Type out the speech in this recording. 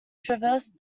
traverse